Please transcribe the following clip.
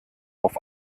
auf